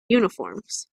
uniforms